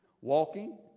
Walking